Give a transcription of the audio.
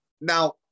now